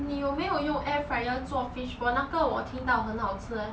你有没有用 air fryer 做 fish ball 那个我听到很好吃 eh